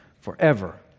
forever